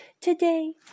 Today